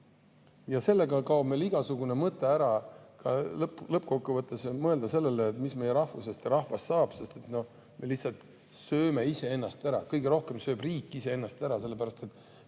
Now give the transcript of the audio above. Sellega kaob meil igasugune mõte ära lõppkokkuvõttes ja [võiks] mõelda sellele, mis meie rahvusest ja rahvast saab, sest me lihtsalt sööme iseennast ära. Kõige rohkem sööb riik iseennast ära, sellepärast et